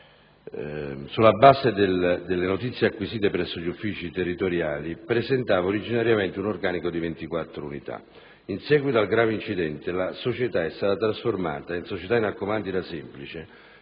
sulla base delle notizie acquisite presso gli uffici territoriali, presentava originariamente un organico di 24 unità. In seguito al grave incidente, la società è stata trasformata in società in accomandita semplice,